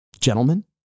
gentlemen